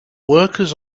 workers